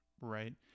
right